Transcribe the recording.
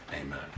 amen